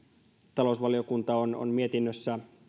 talousvaliokunta on on mietinnössä